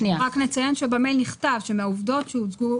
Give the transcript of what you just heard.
רק נציין שבדואר האלקטרוני נכתב שמהעובדות שהוצגו,